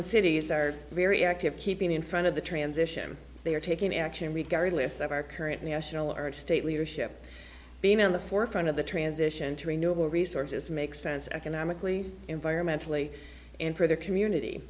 and cities are very active keeping in front of the transition they are taking action regardless of our current national urge state leadership being on the forefront of the transition to renewable resources makes sense economically environmentally and for the community